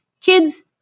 kids